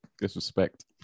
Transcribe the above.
Disrespect